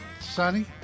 sunny